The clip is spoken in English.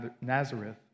Nazareth